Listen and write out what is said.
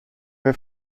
che